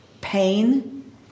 Pain